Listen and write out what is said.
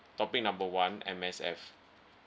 topic number one M_S_F